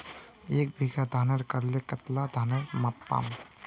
एक बीघा धानेर करले कतला धानेर पाम?